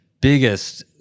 biggest